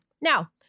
Now